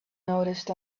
noticed